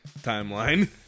timeline